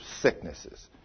sicknesses